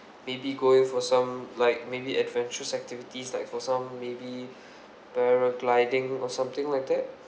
maybe going for some like maybe adventurous activities like for some maybe paragliding or something like that